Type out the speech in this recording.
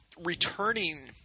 returning